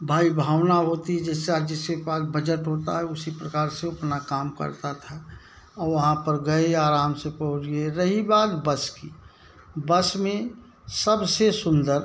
भाई भावना होती है जिसा जिसके पास बजट होता है उसी प्रकार से अपना काम करता था वहाँ पर गए आराम से पहुँच गए रही बात बस की बस में सबसे सुंदर